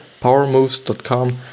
powermoves.com